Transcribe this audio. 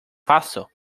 paso